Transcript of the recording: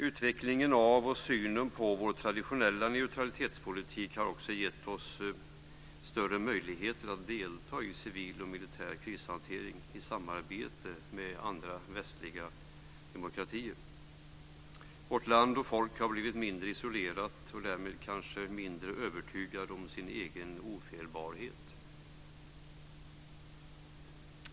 Utvecklingen av, och synen på, vår traditionella neutralitetspolitik har också gett oss större möjligheter att delta i civil och militär krishantering i samarbete med andra västliga demokratier. Vårt land, och folk, har blivit mindre isolerat och därmed kanske mindre övertygat om sin egen ofelbarhet.